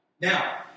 Now